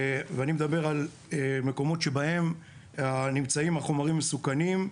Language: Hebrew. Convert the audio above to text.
ואני מדבר על מקומות שבהם נמצאים חומרים מסוכנים,